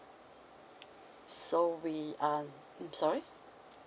so we un~ I'm sorry